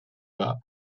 bas